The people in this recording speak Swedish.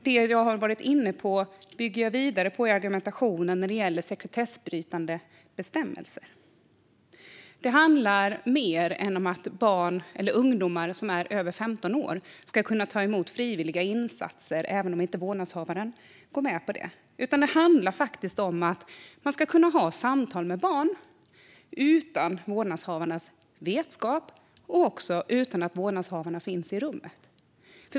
Det jag har varit inne på bygger jag vidare på i argumentationen när det gäller sekretessbrytande bestämmelser. Det handlar om mer än att barn eller ungdomar som är över 15 år ska kunna ta emot frivilliga insatser även om inte vårdnadshavaren går med på det. Det handlar faktiskt om att man ska kunna ha samtal med barn utan vårdnadshavarnas vetskap och utan att vårdnadshavarna finns i rummet.